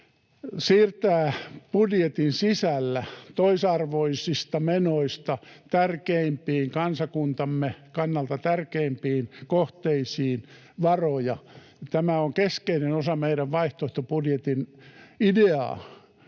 siirtää budjetin sisällä varoja toisarvoisista menoista tärkeimpiin, kansakuntamme kannalta tärkeimpiin, kohteisiin. Tämä on keskeinen osa meidän vaihtoehtobudjetin ideaa: